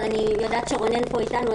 אבל אני יודעת שרונן קוטין פה איתנו,